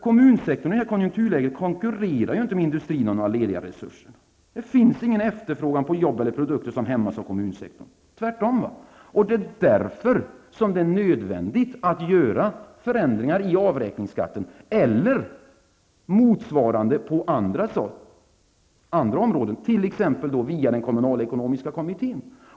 Kommunsektorn konkurrerar ju inte med industrin om några lediga resurser i det här konjunkturläget. Det finns ingen efterfrågan på jobb eller produkter som hämmas av kommunsektorn -- tvärtom! Det är därför det är nödvändigt att företa förändringar av avräkningsskatten eller motsvarande på andra områden, t.ex. via den kommunalekonomiska kommittén.